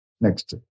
Next